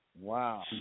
wow